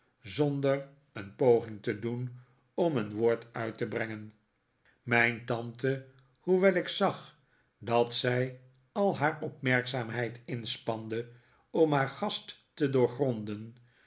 zonder een poging te doen om een woord uit te brengen mijn tante hoewel ik zag dat zij al haar opmerkzaamheid inspande om haar gast te doorgronden